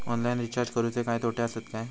Online recharge करुचे काय तोटे आसत काय?